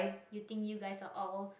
you think you guys are all